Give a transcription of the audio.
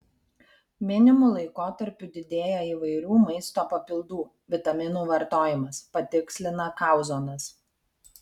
minimu laikotarpiu didėja įvairių maisto papildų vitaminų vartojimas patikslina kauzonas